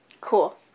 Cool